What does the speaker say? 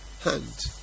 hand